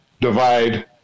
divide